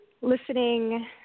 listening